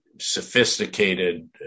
Sophisticated